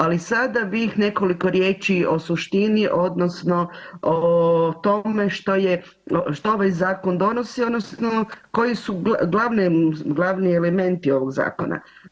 Ali sada bih nekoliko riječi o suštini odnosno o tome što ovaj zakon donosi odnosno koji su glavni elementi ovog zakona.